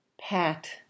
pat